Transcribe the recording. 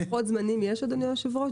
יש לוחות זמנים, אדוני יושב הראש?